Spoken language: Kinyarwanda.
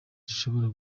zishobora